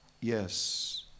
yes